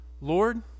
Lord